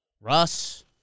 Russ